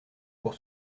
pour